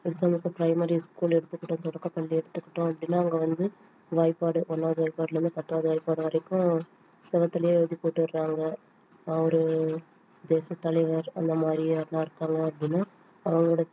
exam அப்போது primary school எடுத்துக்கிட்டோம் தொடக்கப்பள்ளி எடுத்துக்கிட்டோம் அப்படினா அங்கே வந்து வாய்பாடு ஒன்னாவது வாய்பாடுலேருந்து பத்தாவது வாய்பாடு வரைக்கும் சுவத்துலே எழுதிப் போடுறாங்க அவரு தேசத் தலைவர் அந்த மாதிரி யார்னா இருக்காங்க அப்படினா அவங்களோட